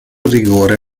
rigore